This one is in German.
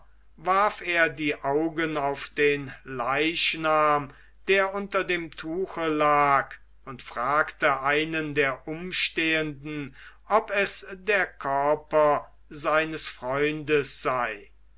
warf er die augen auf den leichnam der unter dem tuche lag und fragte einen der umstehenden ob es der körper seines freundes sei